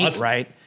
Right